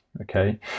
okay